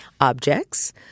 Objects